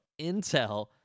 Intel